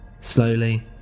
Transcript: Slowly